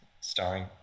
starring